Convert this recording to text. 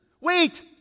wait